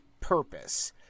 purpose